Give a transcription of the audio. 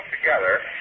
together